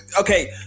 okay